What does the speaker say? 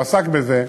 הוא עסק בזה,